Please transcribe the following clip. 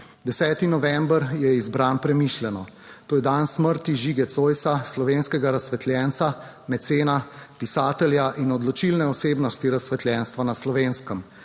10. november je izbran premišljeno: to je dan smrti Žige Zoisa, slovenskega razsvetljenca, mecena, pisatelja in odločilne osebnosti razsvetljenstva na Slovenskem.